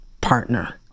partner